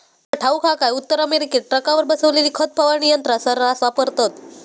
तुका ठाऊक हा काय, उत्तर अमेरिकेत ट्रकावर बसवलेली खत फवारणी यंत्रा सऱ्हास वापरतत